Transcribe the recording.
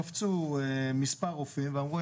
קפצו מספר רופאים ואמרו,